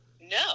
No